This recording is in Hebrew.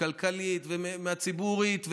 כלכלית וציבורית,